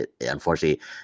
unfortunately